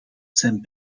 zijn